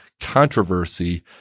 controversy